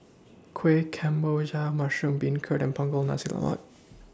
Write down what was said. Kuih Kemboja Mushroom Beancurd and Punggol Nasi Lemak